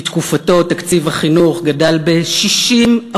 בתקופתו תקציב החינוך גדל ב-60%.